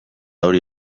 hori